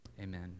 Amen